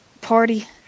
party